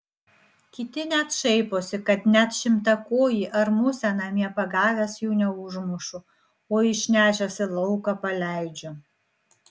kiti net šaiposi kad net šimtakojį ar musę namie pagavęs jų neužmušu o išnešęs į lauką paleidžiu